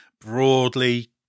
broadly